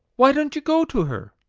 why don't you go to her?